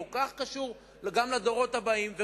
כל כך קשור גם לדורות הבאים,